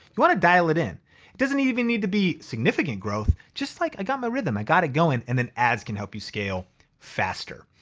you wanna dial it in. it doesn't even need to be significant growth. just like, i got my rhythm, i got it going and then ads can help you scale faster.